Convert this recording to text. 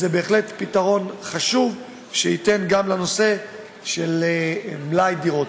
זה בהחלט פתרון חשוב שיינתן גם לנושא מלאי הדירות.